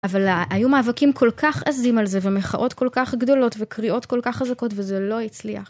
אבל היו מאבקים כל כך עזים על זה, ומחאות כל כך גדולות, וקריאות כל כך חזקות, וזה לא הצליח.